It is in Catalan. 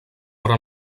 però